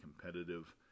competitive